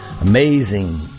amazing